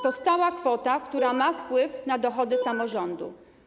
To stała kwota, która ma wpływ na dochody samorządu.